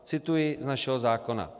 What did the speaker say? Cituji z našeho zákona: